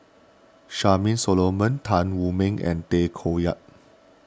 Charmaine Solomon Tan Wu Meng and Tay Koh Yat